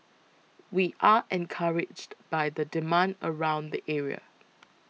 we are encouraged by the demand around the area